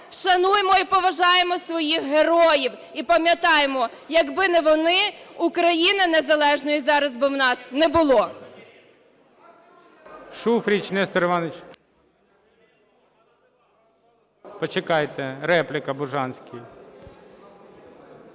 Шануймо і поважаймо своїх героїв. І пам'ятаймо, якби не вони, України незалежної зараз би в нас не було.